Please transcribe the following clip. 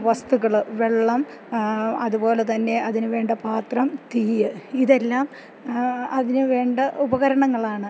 വസ്തുക്കൾ വെള്ളം അതുപോലെത്തന്നെ അതിന് വേണ്ട പാത്രം തിയ്യ് ഇതെല്ലാം അതിന് വേണ്ട ഉപകരണങ്ങളാണ്